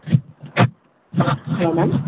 hello ma'am